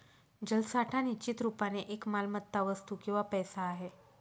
जलसाठा निश्चित रुपाने एक मालमत्ता, वस्तू किंवा पैसा आहे